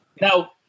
now